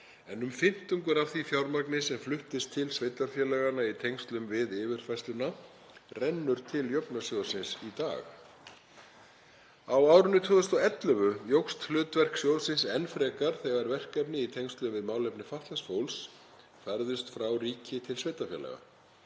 en um fimmtungur af því fjármagni sem fluttist til sveitarfélaganna í tengslum við yfirfærsluna rennur til jöfnunarsjóðs í dag. Á árinu 2011 jókst hlutverk sjóðsins enn frekar þegar verkefni í tengslum við málefni fatlaðs fólks færðust frá ríki til sveitarfélaga.